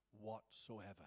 whatsoever